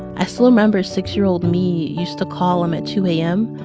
i still remember six year old me used to call him at two a m.